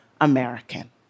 American